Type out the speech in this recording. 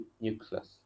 nucleus